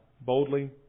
boldly